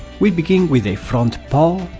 we begin with the front paw,